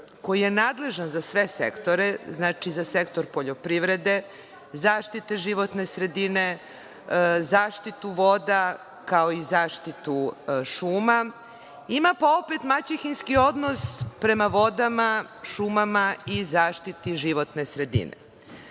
koji je nadležan za sve sektore, znači za sektor poljoprivrede, zaštite životne sredine, zaštitu voda, kao i zaštitu šuma, imamo opet maćehinski odnos prema vodama, šumama i zaštiti životne sredine.